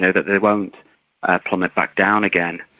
they they won't plummet back down again.